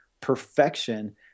perfection